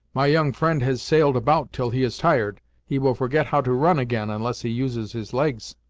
my young friend has sailed about till he is tired he will forget how to run again, unless he uses his legs.